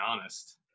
honest